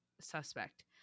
suspect